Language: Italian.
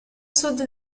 sud